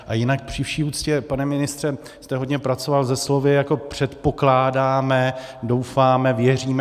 A jinak, při vší úctě, pane ministře, jste hodně pracoval se slovy jako předpokládáme, doufáme, věříme atd.